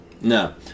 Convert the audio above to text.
No